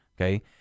Okay